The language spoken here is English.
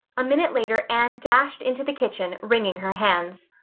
a minute later anne dashed into the kitchen, wringing her hands.